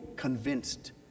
convinced